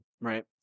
right